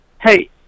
hey